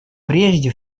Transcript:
прежде